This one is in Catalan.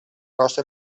nostre